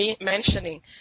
mentioning